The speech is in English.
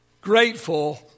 Grateful